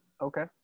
Okay